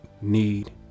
need